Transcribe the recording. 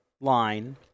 line